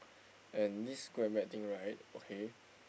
and this good and bad thing right okay